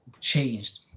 changed